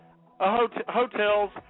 hotels